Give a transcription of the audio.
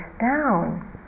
down